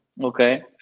Okay